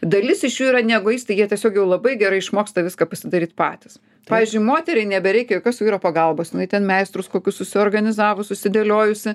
dalis iš jų yra ne egoistai jie tiesiog jau labai gerai išmoksta viską pasidaryt patys pavyzdžiui moteriai nebereikia jokios vyro pagalbos jinai ten meistrus kokius susiorganizavus susidėliojusi